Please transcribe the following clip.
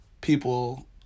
people